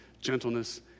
gentleness